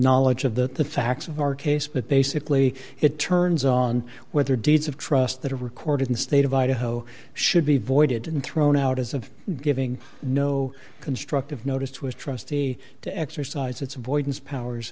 knowledge of the facts of our case but basically it turns on whether deeds of trust that are recorded in the state of idaho should be voided and thrown out as of giving no constructive noticed was trustee to exercise its avoidance powers